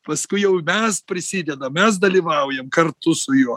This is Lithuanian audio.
paskui jau mes prisidedam mes dalyvaujam kartu su juo